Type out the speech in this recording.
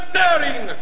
daring